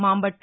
Mambattu